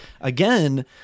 again